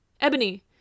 Ebony